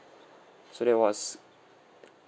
so that was